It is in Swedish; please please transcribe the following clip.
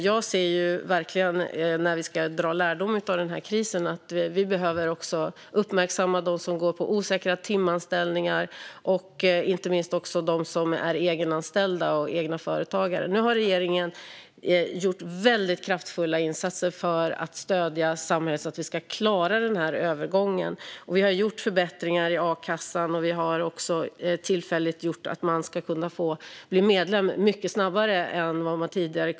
Jag ser verkligen att vi, när vi ska dra lärdom av krisen, också behöver uppmärksamma dem som har osäkra timanställningar och inte minst dem som är egenanställda och egenföretagare. Nu har regeringen gjort väldigt kraftfulla insatser för att stödja samhället så att vi ska klara den här övergången. Vi har gjort förbättringar i akassan, och vi har också tillfälligt infört att man kan bli medlem mycket snabbare än tidigare.